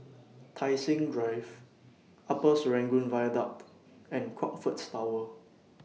Tai Seng Drive Upper Serangoon Viaduct and Crockfords Tower